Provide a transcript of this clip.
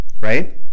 Right